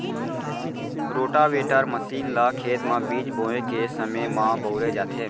rotavator machine ल खेत म बीज बोए के समे म बउरे जाथे